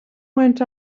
went